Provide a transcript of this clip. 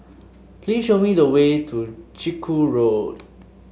please show me the way to Chiku Road